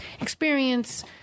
experience